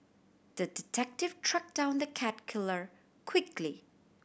the detective tracked down the cat killer quickly